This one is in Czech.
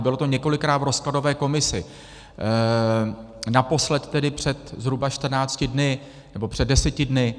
Bylo to několikrát v rozkladové komisi, naposled tedy před zhruba 14 dny, nebo před 10 dny.